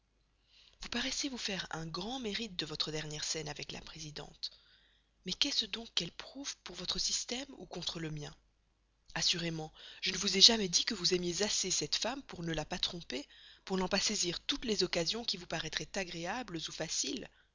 vous paraissez vous faire un grand mérite de votre dernière scène avec la présidente mais qu'est-ce donc qu'elle prouve pour votre système ou contre le mien assurément je ne vous ai jamais dit que vous aimiez assez cette femme pour ne la pas tromper pour n'en pas saisir toutes les occasions qui vous paraîtraient agréables ou faciles